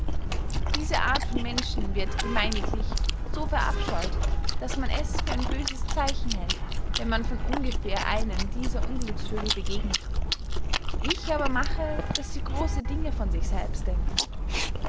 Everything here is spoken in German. diese art von menschen wird gemeiniglich so verabscheut daß man es für ein böses zeichen hält wenn man von ungefehr einem dieser unglücksvögel begegnet ich aber mache daß sie grosse dinge von sich selbst denken